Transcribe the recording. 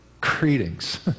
greetings